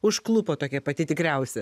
užklupo tokia pati tikriausia